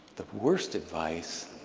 the worst advice